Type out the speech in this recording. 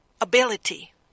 ability